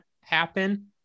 happen